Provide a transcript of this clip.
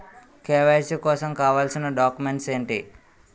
KYC కోసం కావాల్సిన documents ఎంటి?